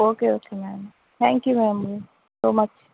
okay okay ma'am thank you ma'am so much